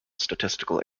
statistical